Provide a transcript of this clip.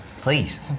Please